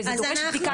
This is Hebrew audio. וזה דורש בדיקה.